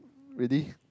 ready